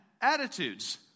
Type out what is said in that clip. attitudes